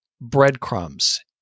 breadcrumbs